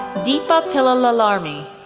deepa pillalamarri,